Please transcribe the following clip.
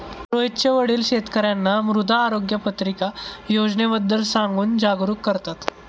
रोहितचे वडील शेतकर्यांना मृदा आरोग्य पत्रिका योजनेबद्दल सांगून जागरूक करतात